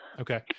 okay